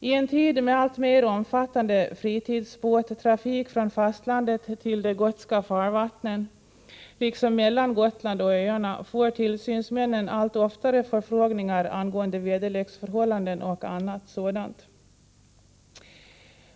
I en tid med alltmer omfattande fritidsbåtstrafik från fastlandet till de gotska farvattnen liksom mellan Gotland och öarna får tillsynsmännen allt oftare förfrågningar angående väderleksförhållanden och annat sådant.